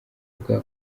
bwa